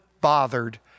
bothered